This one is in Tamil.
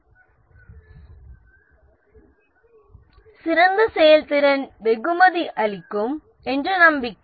இன்ஸ்ட்ருமெண்டாலிட்டி சிறந்த செயல்திறன் வெகுமதி அளிக்கும் என்ற நம்பிக்கை